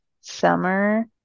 summer